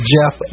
jeff